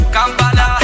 Kampala